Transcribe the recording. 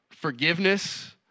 forgiveness